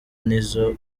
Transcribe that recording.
nizzo